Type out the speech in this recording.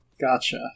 Gotcha